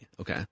Okay